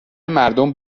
مردم